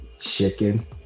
chicken